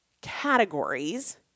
categories